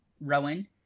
Rowan